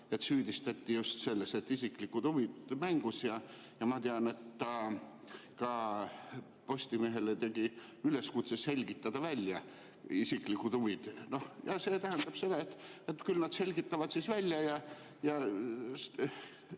et süüdistati selles, et isiklikud huvid on mängus, ja ma tean, et ta tegi ka Postimehele üleskutse selgitada välja isiklikud huvid. See tähendab seda, et küll nad selgitavad välja, ja